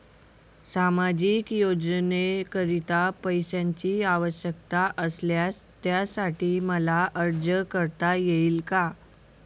सामाजिक योजनेकरीता पैशांची आवश्यकता असल्यास त्यासाठी मला अर्ज करता येईल का?